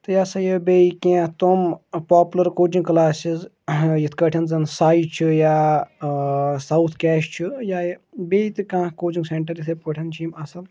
تہٕ یہِ ہَسا یہِ بیٚیہِ کینٛہہ تم پاپلَر کوچِنٛگ کٕلاسِز یِتھ کٲٹھۍ زَن ساے چھُ یا ساوُتھ کیش چھُ یا بیٚیہِ تہِ کانٛہہ کوچِنٛگ سٮ۪نٹَر یِتھَے پٲٹھۍ چھِ یِم اَصٕل